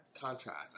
Contrast